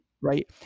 right